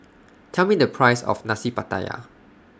Tell Me The Price of Nasi Pattaya